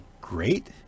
great